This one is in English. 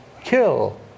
kill